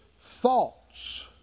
thoughts